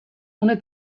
une